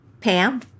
Pam